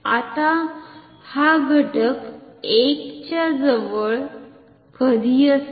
आता हा घटक 1 च्या जवळ कधी असेल